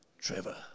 Trevor